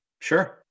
Sure